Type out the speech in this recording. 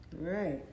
Right